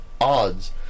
odds